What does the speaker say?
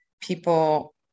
people